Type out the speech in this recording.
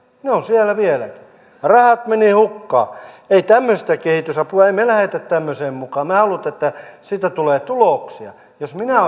ne ovat siellä vieläkin rahat menivät hukkaan ei tämmöistä kehitysapua emme me lähde tämmöiseen mukaan vaan me haluamme että siitä tulee tuloksia jos minä